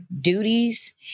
duties